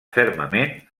fermament